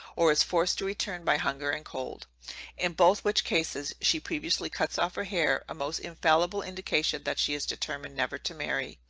or is forced to return by hunger and cold in both which cases, she previously cuts off her hair a most infallible indication, that she is determined never to marry.